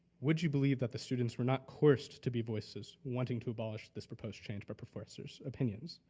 would you believe that the students were not coerced to be voices wanting to abolish this proposed change by professors opinions,